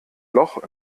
loch